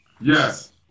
Yes